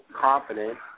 confident